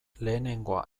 lehenengoa